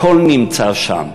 הכול נמצא שם.